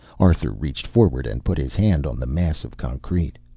arthur reached forward and put his hand on the mass of concrete.